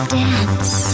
dance